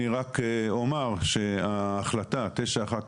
אני רק אומר שההחלטה 921,